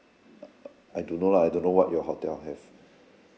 I don't know lah I don't know what your hotel have